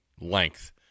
Length